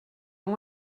and